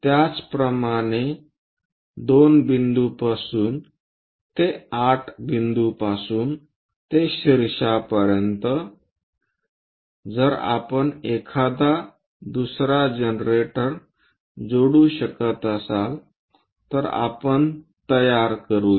त्याचप्रमाणे त्या 2 बिंदूपासून ते बिंदू 8 पासून ते शीर्षांपर्यंत जर आपण दुसरा जनरेटर जोडू शकत असाल तर आपण तयार करूया